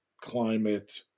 climate